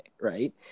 right